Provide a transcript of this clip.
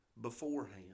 beforehand